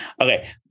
Okay